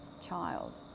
child